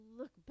look